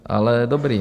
Ale dobrý.